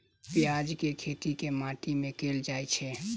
प्याज केँ खेती केँ माटि मे कैल जाएँ छैय?